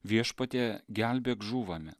viešpatie gelbėk žūvame